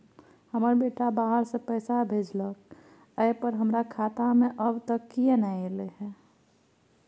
हमर बेटा बाहर से पैसा भेजलक एय पर हमरा खाता में अब तक किये नाय ऐल है?